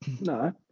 No